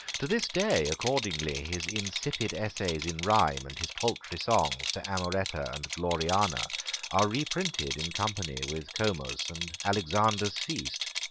to this day accordingly his insipid essays in rhyme and his paltry songs to amoretta and gloriana are reprinted in company with comus and alexander's feast.